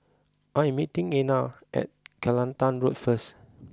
I am meeting Ena at Kelantan Road first